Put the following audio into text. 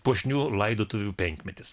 puošnių laidotuvių penkmetis